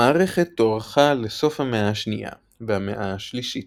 המערכת תוארכה לסוף המאה השנייה והמאה השלישית.